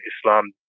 Islam